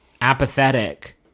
apathetic